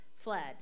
fled